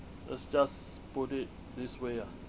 let's just put it this way ah